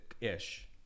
Ish